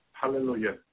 Hallelujah